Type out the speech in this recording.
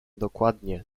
dokładnie